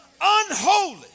unholy